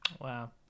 wow